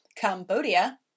Cambodia